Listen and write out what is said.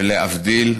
ולהבדיל,